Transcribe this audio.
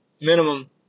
minimum